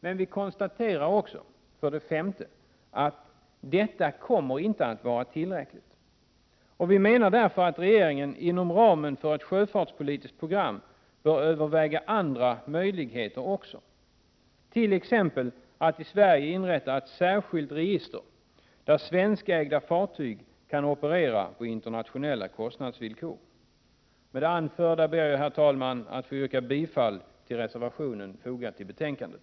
Men vi konstaterar också för det femte att detta inte kommer att vara tillräckligt. Vi menar därför att regeringen inom ramen för ett sjöfartspolitiskt program bör överväga även andra möjligheter, t.ex. att i Sverige inrätta ett särskilt register där svenskägda fartyg kan operera på internationella kostnadsvillkor. Med det anförda ber jag, herr talman, att få yrka bifall till den reservation som fogats till betänkandet.